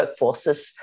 workforces